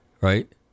right